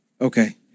Okay